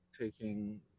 taking